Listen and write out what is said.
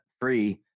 free